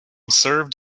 served